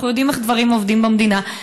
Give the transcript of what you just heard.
אנחנו יודעים איך דברים עובדים במדינה,